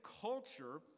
culture